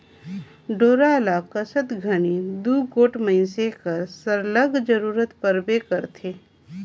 डोरा ल कसत घनी दूगोट मइनसे कर सरलग जरूरत परबे करथे